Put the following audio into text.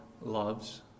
loves